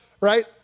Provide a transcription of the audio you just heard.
Right